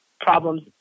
problems